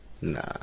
Nah